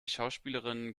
schauspielerin